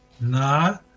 No